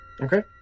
Okay